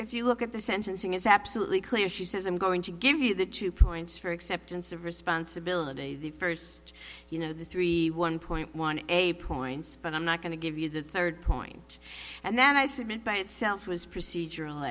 if you look at the sentencing it's absolutely clear she says i'm going to give you the two points for acceptance of responsibility the first you know the three one point one a points but i'm not going to give you the third point and then i submit by itself was procedural